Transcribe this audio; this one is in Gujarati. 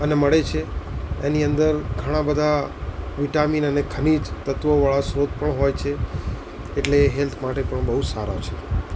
અને મળે છે એની અંદર ઘણાં બધાં વિટામિન અને ખનીજ તત્ત્વોવાળા સ્ત્રોત પણ હોય છે એટલે હેલ્થ માટે પણ બહુ સારા છે